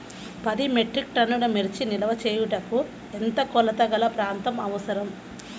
పది మెట్రిక్ టన్నుల మిర్చి నిల్వ చేయుటకు ఎంత కోలతగల ప్రాంతం అవసరం?